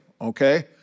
okay